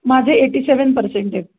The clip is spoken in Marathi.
माझे एटी सेवन पर्सेंट आहेत